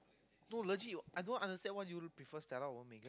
no legit I don't understand why you prefer Stella over Megan